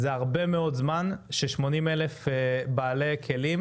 זה הרבה מאוד זמן ש-80,000 בעלי כלים,